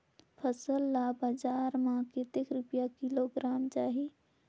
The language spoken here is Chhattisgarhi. फसल ला बजार मां कतेक रुपिया किलोग्राम जाही?